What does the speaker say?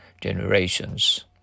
generations